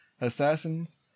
assassins